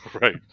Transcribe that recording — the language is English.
Right